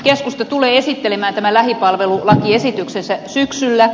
keskusta tulee esittelemään tämän lähipalvelulakiesityksensä syksyllä